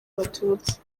abatutsi